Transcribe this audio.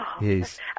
Yes